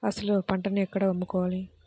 అసలు పంటను ఎక్కడ అమ్ముకోవాలి?